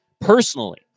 personally